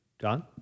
John